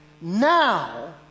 Now